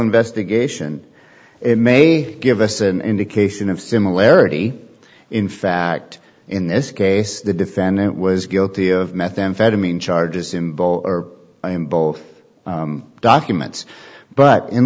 investigation it may give us an indication of similarity in fact in this case the defendant was guilty of methamphetamine charges in bowl or bowl documents but